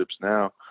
now